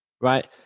right